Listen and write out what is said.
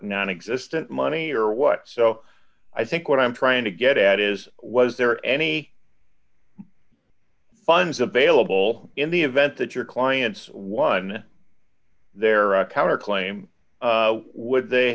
nonexistent money or what so i think what i'm trying to get at is was there any funds available in the event that your clients won their account or claim would they